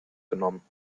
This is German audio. genommen